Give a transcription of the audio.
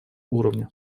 уровня